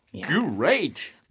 Great